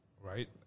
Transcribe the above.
right